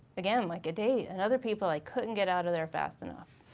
again, like a date, and other people i couldn't get out of there fast enough.